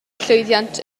llwyddiant